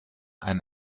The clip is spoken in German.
ein